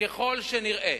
ככל שנראה